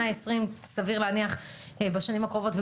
סביר להניח בשנים הקרובות.